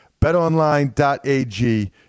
BetOnline.ag